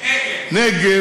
"נגב".